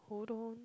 hold on